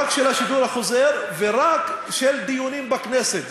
רק של השידור החוזר ורק של דיונים בכנסת.